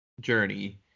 journey